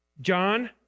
John